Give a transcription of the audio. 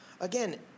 Again